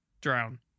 drown